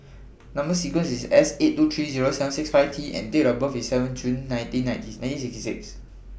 Number sequence IS S eight two three Zero seven six five T and Date of birth IS seventeenth June nineteen sixty six